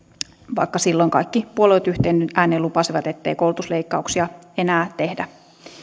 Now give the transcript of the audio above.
vaikka silloin kaikki puolueet yhteen ääneen lupasivat ettei koulutusleikkauksia enää tehdä